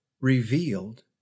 revealed